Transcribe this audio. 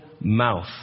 mouth